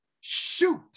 Shoot